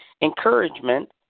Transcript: encouragement